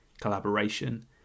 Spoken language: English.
collaboration